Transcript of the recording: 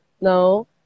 No